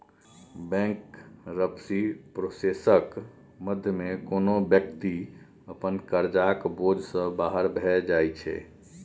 bankruptcy प्रोसेसक माध्यमे कोनो बेकती अपन करजाक बोझ सँ बाहर भए जाइ छै